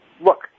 look